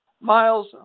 Miles